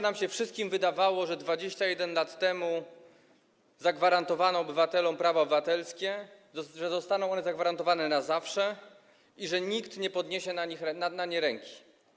Nam się wszystkim wydawało, że 21 lat temu zagwarantowano obywatelom prawa obywatelskie, że zostaną one zagwarantowane na zawsze i że nikt nie podniesie na nie ręki.